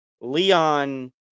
Leon